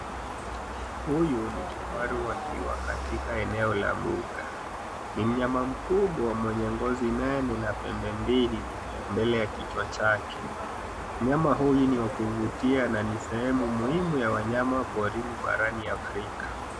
Huyu ni kifarau akiwa katika eneo la mbuga, ni mnyama mkubwa mwenye ngozi nene na pembe mbili mbele ya kichwa chake. Mnyama huyu ni wa kuvutia na ni sehemu muhimu ya wanyama porini barani Afrika.